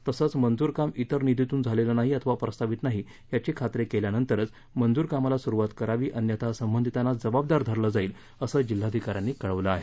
तसंच मंजूर काम ज्रेर निधीतून झालेलं नाही अथवा प्रस्तावित नाही याची खात्री केल्यानंतरच मंजूर कामाला सुरूवात करावी अन्यथा संबंधितांना जबाबदार धरलं जाईल असं जिल्हाधिकाऱ्यांनी कळवलं आहे